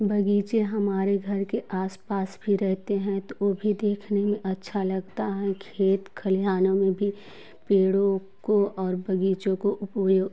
बगीचे हमारे घर के आस पास भी रहते हैं तो भी देखने में अछा लगता है खेत खलिहानों मे भी पेड़ों को और बगीचों को उपयोग